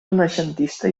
renaixentista